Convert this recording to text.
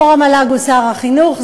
יו"ר המל"ג הוא שר החינוך,